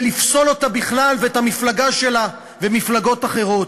לפסול אותה בכלל ואת המפלגה שלה ומפלגות אחרות.